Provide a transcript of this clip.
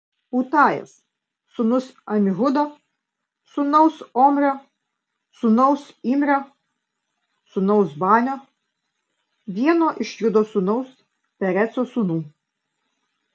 utajas sūnus amihudo sūnaus omrio sūnaus imrio sūnaus banio vieno iš judo sūnaus pereco sūnų